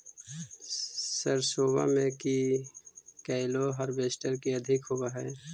सरसोबा मे की कैलो हारबेसटर की अधिक होब है?